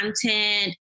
content